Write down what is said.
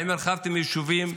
האם הרחבתם יישובים,